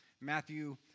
Matthew